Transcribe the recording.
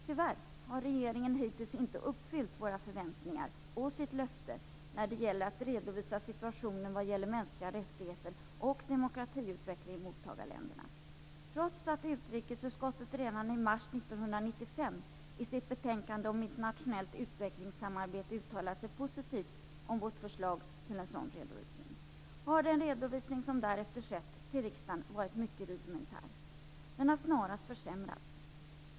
Tyvärr har regeringen hittills inte uppfyllt våra förväntningar och sitt löfte om att redovisa situationen för de mänskliga rättigheterna och demokratiutvecklingen i mottagarländerna. Trots att utrikesutskottet redan i mars 1995 i sitt betänkande om internationellt utvecklingssamarbete uttalade sig positivt om vårt förslag till en sådan redovisning har den redovisning som därefter skett till riksdagen varit mycket rudimentär. Den har snarast försämrats.